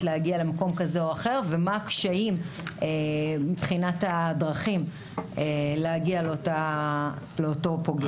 להגיע למקום כזה או אחר ומה הקשיים מבחינת הדרכים להגיע לאותו פוגע.